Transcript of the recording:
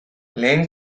lehen